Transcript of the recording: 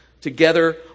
together